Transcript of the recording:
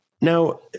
Now